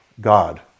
God